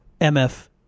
MF